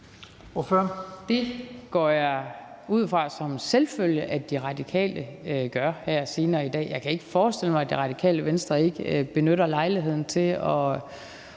Det går jeg ud fra som en selvfølge at De Radikale gør her senere i dag. Jeg kan ikke forestille mig, at Radikale Venstre ikke benytter lejligheden til at